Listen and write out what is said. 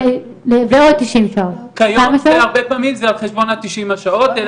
הרבה פעמים זה על חשבון תשעים השעות.